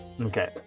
Okay